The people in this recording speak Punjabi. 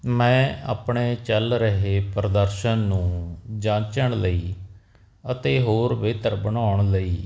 ਮੈਂ ਆਪਣੇ ਚੱਲ ਰਹੇ ਪ੍ਰਦਰਸ਼ਨ ਨੂੰ ਜਾਂਚਣ ਲਈ ਅਤੇ ਹੋਰ ਬਿਹਤਰ ਬਣਾਉਣ ਲਈ